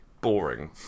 Boring